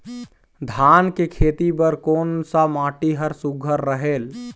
धान के खेती बर कोन सा माटी हर सुघ्घर रहेल?